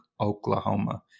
Oklahoma